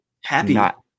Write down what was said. happy